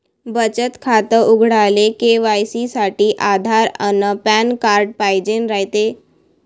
बचत खातं उघडाले के.वाय.सी साठी आधार अन पॅन कार्ड पाइजेन रायते